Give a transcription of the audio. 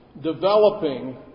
developing